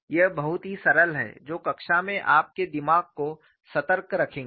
ये बहुत ही सरल हैं जो कक्षा में आपके दिमाग को सतर्क रखेंगे